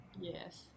Yes